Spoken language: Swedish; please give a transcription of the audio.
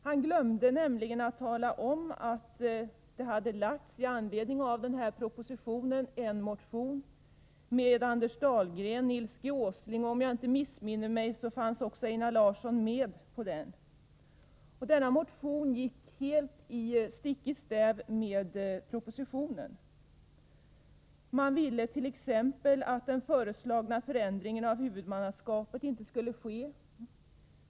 Han glömde nämligen att tala om att det i anledning av den föreliggande propositionen hade väckts en motion med bl.a. Anders Dahlgren, Nils G. Åsling och — om jag inte missminner mig — Einar Larsson som undertecknare. Denna motion gick helt stick i stäv med propositionen. Man ville t.ex. att den föreslagna förändringen av huvudmannaskapet inte skulle ske.